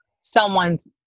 someone's